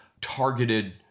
targeted